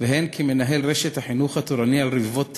והן כמנהל רשת "מעיין החינוך התורני" על רבבות תלמידיה,